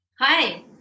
Hi